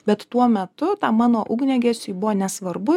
bet tuo metu tam mano ugniagesiui buvo nesvarbu